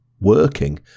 working